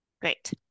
great